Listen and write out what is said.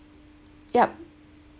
yup